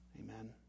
Amen